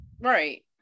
Right